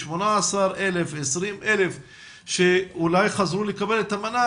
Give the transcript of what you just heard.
18,000 או 20,000 שאולי חזרו לקבל את המנה,